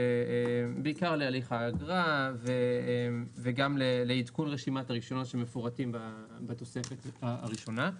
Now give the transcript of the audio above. בעיקר להליך האגרה וגם לעדכון רשימת הרישיונות שמפורטים בתוספת הראשונה.